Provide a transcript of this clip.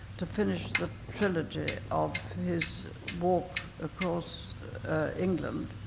to finish the trilogy of his walk across england,